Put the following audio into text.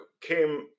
came